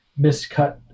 miscut